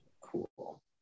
cool